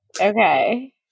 Okay